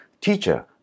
Teacher